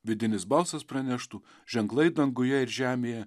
vidinis balsas praneštų ženklai danguje ir žemėje